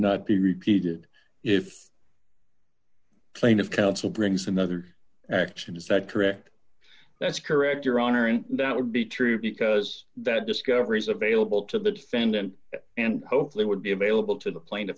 not be repeated if claim of counsel brings another action is that correct that's correct your honor and that would be true because that discoveries available to the defendant and hopefully would be available to the pla